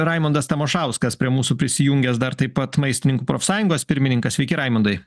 raimundas tamašauskas prie mūsų prisijungęs dar taip pat maistininkų profsąjungos pirmininkas sveiki raimundai